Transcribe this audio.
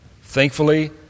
Thankfully